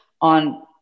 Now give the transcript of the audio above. on